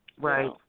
Right